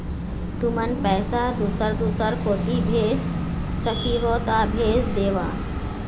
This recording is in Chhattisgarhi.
तुमन पैसा दूसर दूसर कोती भेज सखीहो ता भेज देवव?